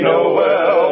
Noel